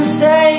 say